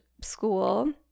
school